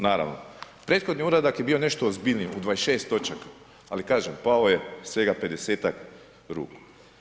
Naravno, prethodni uradak je bio nešto ozbiljniji u 26. točaka, ali kažem pao je svega 50-tak ruku.